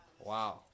Wow